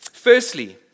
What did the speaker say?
Firstly